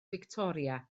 fictoria